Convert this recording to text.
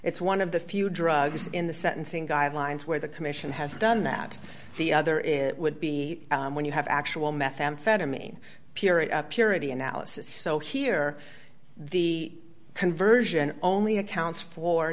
it's one of the few drugs in the sentencing guidelines where the commission has done that the other is it would be when you have actual methamphetamine period of purity analysis so here the conversion only accounts f